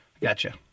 Gotcha